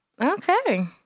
okay